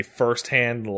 firsthand